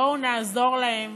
בואו נעזור להם